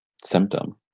symptom